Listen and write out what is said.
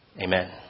Amen